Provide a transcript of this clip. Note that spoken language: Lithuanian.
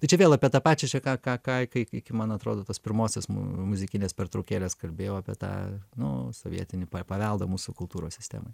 tai čia vėl apie tą pačia čia ką ką kai iki man atrodo tos pirmosios muzikinės pertraukėlės kalbėjau apie tą nu sovietinį paveldą mūsų kultūros sistemai